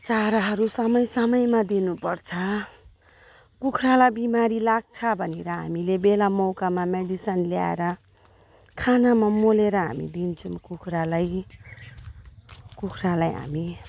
चाराहरू समय समयमा दिनुपर्छ कुखुरालाई बिमारी लाग्छ भनेर बेला मौकामा मेडिसिन ल्याएर खानामा मलेर हामी दिन्छौँ कुखुरालाई कुखुरालाई हामी